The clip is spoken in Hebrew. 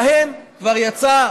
בהם כבר יצא,